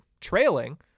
trailing